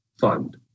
fund